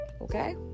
okay